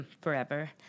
Forever